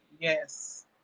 Yes